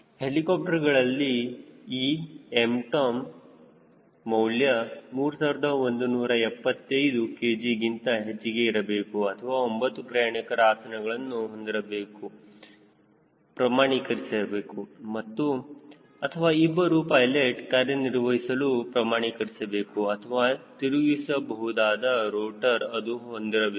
ಹೆಲಿಕಾಪ್ಟರ್ಗಳಲ್ಲಿ ಈ MTOM ಮೌಲ್ಯ 3175 kg ಗಿಂತ ಹೆಚ್ಚಿಗೆ ಇರಬೇಕು ಅಥವಾ 9 ಪ್ರಯಾಣಿಕರ ಆಸನಗಳನ್ನು ಹೊಂದಿರಲು ಪ್ರಮಾಣೀಕರಿಸಬೇಕು ಅಥವಾ ಇಬ್ಬರು ಪೈಲೆಟ್ ಕಾರ್ಯನಿರ್ವಹಿಸಲು ಪ್ರಮಾಣೀಕರಿಸಬೇಕು ಅಥವಾ ತಿರುಗಿಸ ಬಹುದಾದ ರೋಟರ್ ಅದು ಹೊಂದಿರಬೇಕು